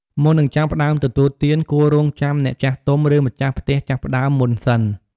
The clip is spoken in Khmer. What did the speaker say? មុននឹងចាប់ផ្តើមទទួលទាន គួររង់ចាំអ្នកចាស់ទុំ ឬម្ចាស់ផ្ទះចាប់ផ្តើមមុនសិន។